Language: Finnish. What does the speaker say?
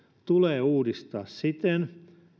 tulee uudistaa siten